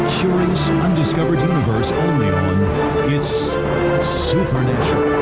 curious and undiscovered universe only on it's supernatural!